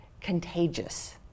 contagious